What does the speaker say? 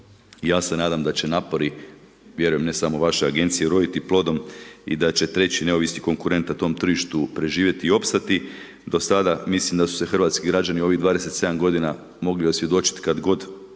Ja se nadam da će napori, vjerujem ne samo vaše agencije, uroditi plodom i da će treći neovisni konkurent na tom tržištu preživjeti i opstati. Do sada mislim da su se hrvatski građani ovih 27 g. mogli osvjedočiti kad god